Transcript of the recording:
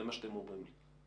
זה מה שאתם אומרים לי.